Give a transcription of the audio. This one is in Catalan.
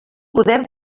poder